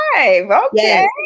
okay